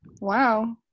Wow